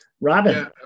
Robin